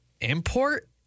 Import